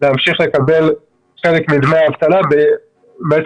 להמשיך לקבל חלק מדמי האבטלה ---,